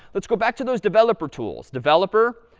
let's go back to those developer tools, developer,